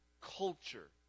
culture